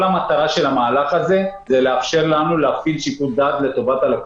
כל המטרה של המהלך הזה זה לאפשר לנו להפעיל שיקול דעת לטובת הלקוחות.